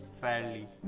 fairly